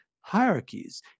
hierarchies